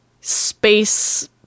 space